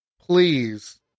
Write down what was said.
please